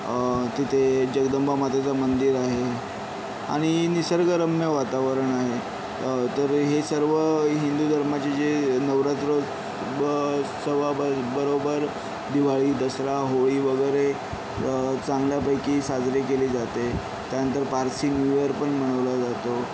तिथे जगदंबा मातेचं मंदिर आहे आणि निसर्गरम्य वातावरण आहे तर हे सर्व हिंदू धर्माचे जे नवरात्रोबत्सवा ब बरोबर दिवाळी दसरा होळी वगैरे चांगल्या पैकी साजरी केली जाते त्यानंतर पारसी न्यू ईअर पण मनवला जातो